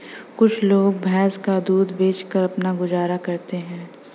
कुछ लोग भैंस का दूध बेचकर अपना गुजारा करते हैं